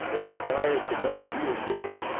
it aspires to no real good,